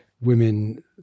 women